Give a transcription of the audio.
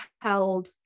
held